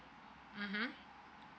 mmhmm